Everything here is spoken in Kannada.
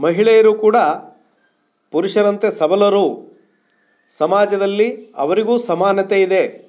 ಮಹಿಳೆಯರೂ ಕೂಡ ಪುರುಷರಂತೆ ಸಬಲರೂ ಸಮಾಜದಲ್ಲಿ ಅವರಿಗೂ ಸಮಾನತೆ ಇದೆ